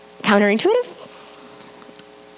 Counterintuitive